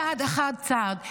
צעד אחר צעד,